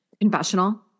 confessional